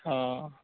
অঁ